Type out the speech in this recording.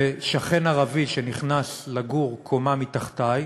ושכן ערבי שנכנס לגור קומה מתחתי,